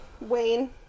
Wayne